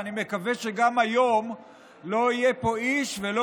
ואני מקווה שגם היום לא יהיה פה איש ולא